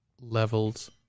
levels